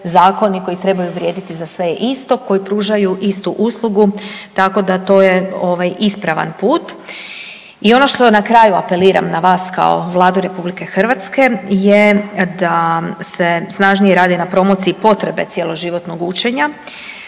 koji trebaju vrijediti za sve isto, koji pružaju istu uslugu tako da to je ispravan put. I ono što na kraju apeliram na vas kao Vladu RH je da se snažnije radi na promociji potrebe cjeloživotnog učenja,